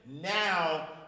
Now